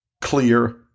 clear